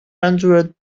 hundred